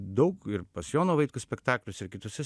daug ir pas joną vaitkų spektakliuose ir kituose